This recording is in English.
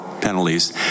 penalties